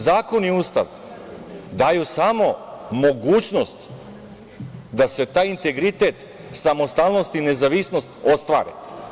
Zakon i Ustav daju samo mogućnost da se taj integritet, samostalnost, nezavisnost ostvare.